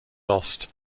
lost